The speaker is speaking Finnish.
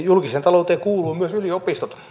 julkiseen talouteen kuuluvat myös yliopistot